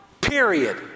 period